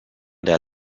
der